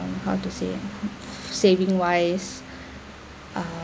how to say ah saving wise um